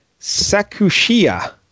Sakushia